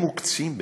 הם מוקצים בעינינו,